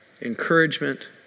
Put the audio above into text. encouragement